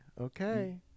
Okay